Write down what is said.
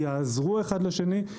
שכולם יעזרו אחד לשני,